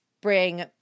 bring